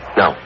No